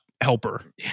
helper